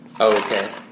Okay